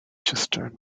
cistern